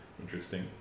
Interesting